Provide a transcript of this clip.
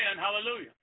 Hallelujah